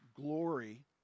glory